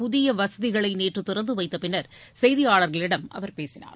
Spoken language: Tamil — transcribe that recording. புதிய வசதிகளை நேற்று திறந்து வைத்த பின்னர் செய்தியாளர்களிடம் பேசினார்